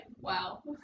wow